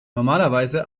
normalerweise